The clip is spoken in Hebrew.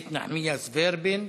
איילת נחמיאס ורבין,